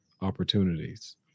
opportunities